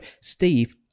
Steve